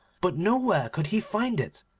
but nowhere could he find it.